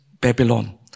Babylon